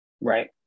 Right